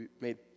made